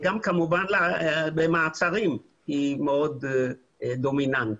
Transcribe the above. כמובן שגם במעצרים היא מאוד דומיננטית.